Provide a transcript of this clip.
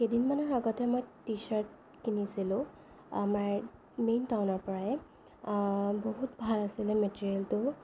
কেইদিনমানৰ আগতে মই টি শ্বাৰ্ট কিনিছিলোঁ আমাৰ মেইন টাউনৰ পৰায়ে বহুত ভাল আছিলে মেটেৰিয়েলটো